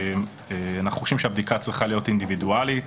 אנחנו חושבים שהבדיקה צריכה להיות אינדיבידואלית,